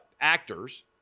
actors